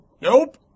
Nope